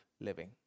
living